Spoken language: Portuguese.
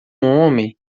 homem